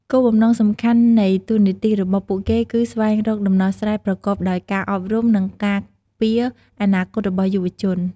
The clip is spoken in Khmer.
គោលបំណងសំខាន់នៃតួនាទីរបស់ពួកគេគឺ ស្វែងរកដំណោះស្រាយប្រកបដោយការអប់រំ និងការពារអនាគតរបស់យុវជន។